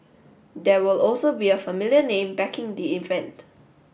there will also be a familiar name backing the event